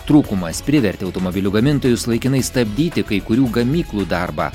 trūkumas privertė automobilių gamintojus laikinai stabdyti kai kurių gamyklų darbą